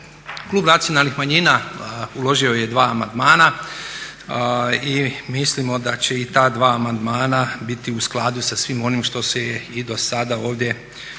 Klub nacionalnih manjina uložio je dva amandmana i mislimo da će i ta dva amandmana biti u skladu sa svim onim što se je i do sada ovdje rečeno.